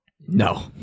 No